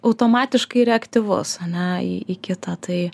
automatiškai reaktyvus ane į į kitą tai